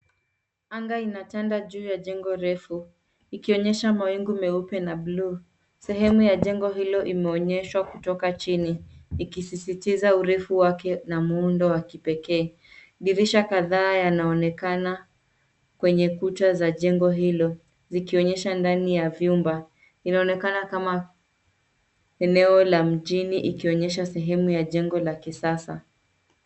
Anga inatanda juu ya jengo refu, ikionyesha mawingu meupe na bluu. Sehemu ya jengo hilo imeonyeshwa kutoka chini, ikisisitiza urefu wake na muundo wa kipekee. Dirisha kadhaa yanaonekana kwenye kuta za jengo hilo, zikionyesha ndani ya vyumba. Inaonekana kama, eneo la mjini ikionyesha sehemu ya jengo la kisasa.